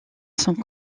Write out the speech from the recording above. sont